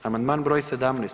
Amandman br. 17.